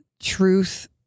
truth